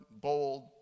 bold